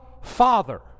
Father